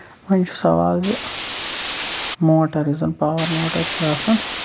وۄنۍ چھُ سَوال زِ موٹر یُس زَن پاور موٹر چھُ آسان